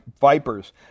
vipers